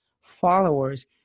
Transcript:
followers